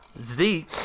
Zeke